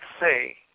say